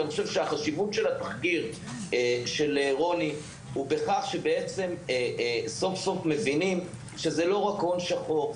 חשיבות התחקיר של רוני הוא בכך שסוף סוף מבינים שזה לא רק הון שחור,